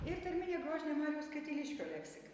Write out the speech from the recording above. ir tarminė grožinė mariaus katiliškio leksika